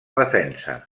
defensa